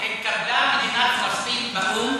התקבלה מדינת פלסטין באו"ם,